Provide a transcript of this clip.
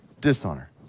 dishonor